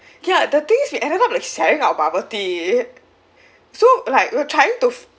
ya the thing is we ended up like sharing our bubble tea so like we're trying to